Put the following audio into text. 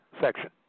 section